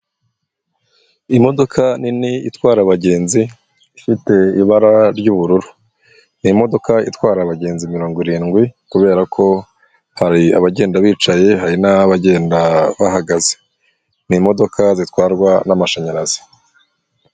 Imodoka nini itwara abagenzi ifite ibara ry'ubururu, ni imodokadoka itwara abagenzi mirongo irindwi, kubera ko hari abagenda bicaye hari n'abagenda bahagaze, ni imodoka zitwarwa n'amashanyarazi.